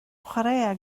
chwaraea